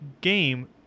game